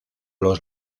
los